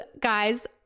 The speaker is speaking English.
guys